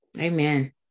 amen